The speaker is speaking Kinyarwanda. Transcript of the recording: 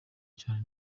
cyane